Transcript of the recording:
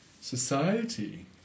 society